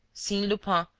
seeing lupin,